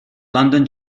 london